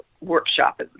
workshop